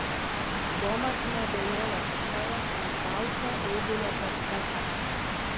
domas neabejojo kad čia ras tamsiausią eigulio portretą